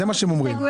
זה מה שהם אומרים.